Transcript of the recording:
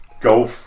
Go